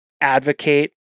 advocate